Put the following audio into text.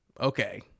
Okay